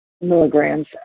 milligrams